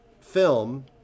film